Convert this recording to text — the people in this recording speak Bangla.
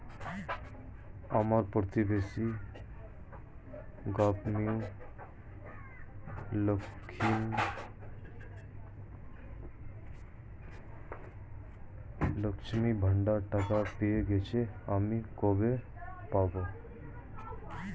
আমার প্রতিবেশী গাঙ্মু, লক্ষ্মীর ভান্ডারের টাকা পেয়ে গেছে, আমি কবে পাব?